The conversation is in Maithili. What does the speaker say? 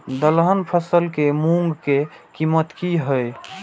दलहन फसल के मूँग के कीमत की हय?